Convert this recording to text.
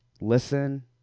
listen